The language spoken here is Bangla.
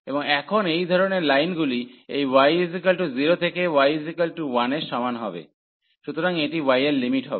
এবং এখন এই ধরণের লাইনগুলি এই y 0 থেকে y 1 এর সমান হবে সুতরাং এটি y এর লিমিট হবে